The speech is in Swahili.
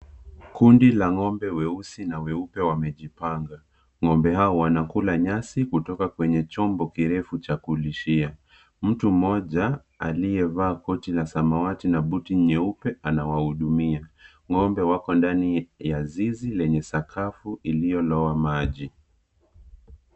Kundi la ng'ombe weusi na weupe wamejipanga. Ng'ombe hao wanakula nyasi kutoka kwenye chombo kirefu cha kulishia. Mtu mmoja aliyevaa koti la samawati na buti nyeupe anawahudumia. Ng'ombe wako kwenye zizi lenye sakafu iliyoloa maji.